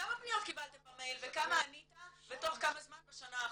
כמה פניות קיבלתם במייל וכמה ענית ותוך כמה זמן בשנה האחרונה,